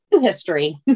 History